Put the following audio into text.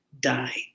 die